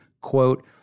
quote